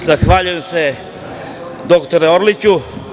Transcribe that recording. Zahvaljujem se dr Orliću.